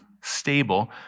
stable